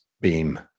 beam